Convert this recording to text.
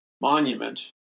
Monument